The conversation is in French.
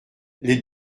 les